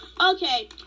Okay